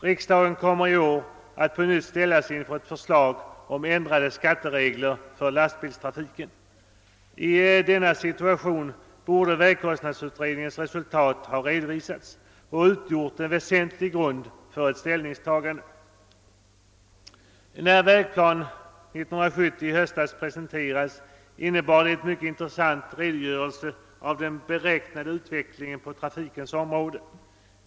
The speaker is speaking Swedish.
Riksdagen kommer i år att på nytt ställas inför ett förslag om ändrade skatteregler för lastbilstrafiken. I denna situation borde vägkostnadsutredningens resultat ha varit redovisat och utgjort en väsentlig grund för ett ställningstagande. Vägplan 1970 som presenterades i höstas innehöll en mycket intressant redogörelse för den beräknade utvecklingen på trafikens område.